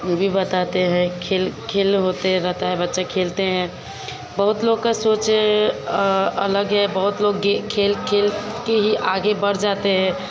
यह भी बताते हैं खेल खेल होते हैं दाता है बच्चे खेलते हैं बहुत लोग का सोच अलग है बहुत लोग गेम खेल खेलकर ही आगे बढ़ जाते हैं